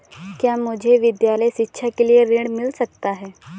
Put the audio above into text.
क्या मुझे विद्यालय शिक्षा के लिए ऋण मिल सकता है?